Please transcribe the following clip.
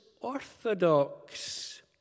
orthodox